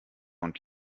und